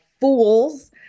fools